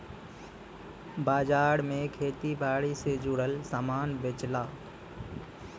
बाजार में खेती बारी से जुड़ल सामान बेचला